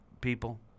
people